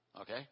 Okay